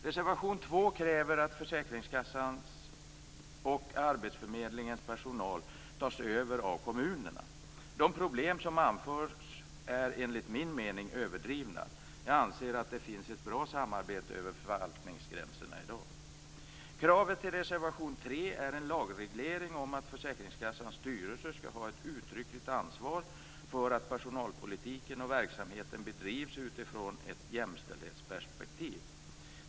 Reservation 2 kräver att försäkringskassans och arbetsförmedlingens personal tas över av kommunerna. De problem som anförs är enligt min mening överdrivna. Jag anser att det finns ett bra samarbete över förvaltningsgränserna i dag. Kravet i reservation 3 är en lagreglering om att försäkringskassans styrelse skall ha ett uttryckligt ansvar för att personalpolitiken och verksamheten bedrivs utifrån ett jämställdhetsperspektiv.